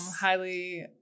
highly